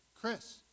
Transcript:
Chris